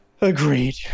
agreed